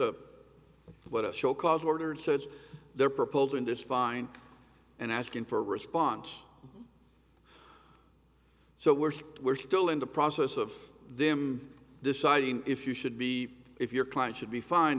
a what a show called ordered says they're proposing this fine and asking for a response so we're we're still in the process of them deciding if you should be if your client should be fined